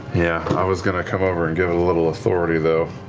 yeah, i was going to come over and give it a little authority, though.